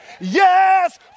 Yes